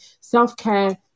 self-care